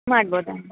ಮಾಡ್ಬೋದ